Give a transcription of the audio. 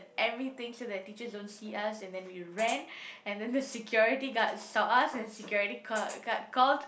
everything so that teachers don't see us and then we ran and then the security guard saw us and security called guard called